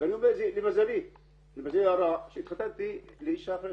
ואני אומר את זה למזלי הרע שהתחתנתי עם אשה פלשתינאית.